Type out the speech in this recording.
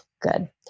Good